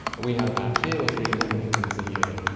but we have about two or three millimetres a year.